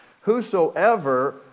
Whosoever